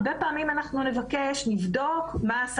הרבה פעמים אנחנו נבקש לבדוק מה עשה